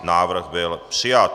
Návrh byl přijat.